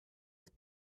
with